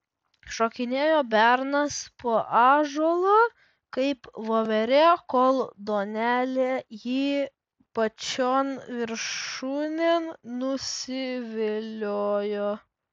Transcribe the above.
šokinėjo bernas po ąžuolą kaip voverė kol duonelė jį pačion viršūnėn nusiviliojo